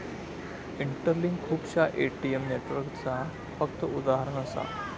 interlink खुपश्या ATM नेटवर्कचा फक्त उदाहरण असा